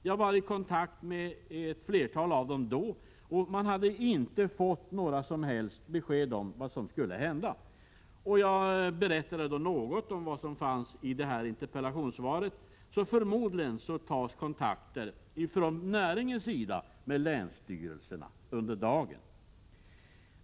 Jag var i kontakt med ett flertal av dem, och de hade då inte fått några som helst besked om vad som skulle hända. Jag berättade något om vad som sägs i detta interpellationssvar, så förmodligen tas kontakter från näringens sida med länsstyrelserna under dagen.